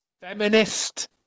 feminist